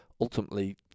ultimately